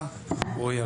רועי,